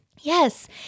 Yes